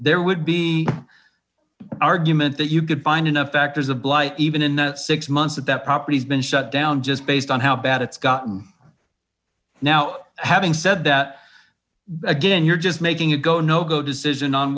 there would be argument that you could find enough factors of blight even in six months that that property has been shut down just based on how bad it's gotten now having said that again you're just making it go no go decision on